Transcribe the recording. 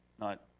not